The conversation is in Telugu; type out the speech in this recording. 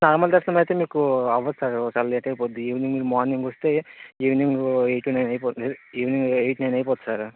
నార్మల్ దర్శనం అయితే మీకు అవ్వదు సార్ చాలా లేట్ అయిపోద్ది ఈవెనింగ్ మార్నింగ్ వస్తే ఈవెనింగ్ ఎయిట్ నైన్ అయిపోద్ది ఈవెనింగ్ ఎయిట్ నైన్ అయిపోద్ది సార్